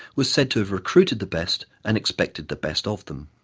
was said to have recruited the best and expected the best of them.